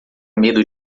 medo